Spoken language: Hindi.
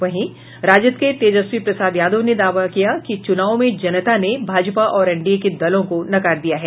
वहीं राजद के तेजस्वी प्रसाद यादव ने दावा किया कि चूनाव में जनता ने भाजपा और एनडीए के दलों को नकार दिया है